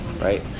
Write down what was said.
Right